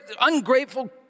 ungrateful